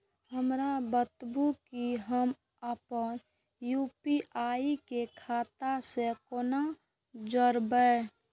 हमरा बताबु की हम आपन यू.पी.आई के खाता से कोना जोरबै?